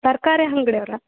ತರಕಾರಿ ಅಂಗ್ಡಿಯವ್ರಾ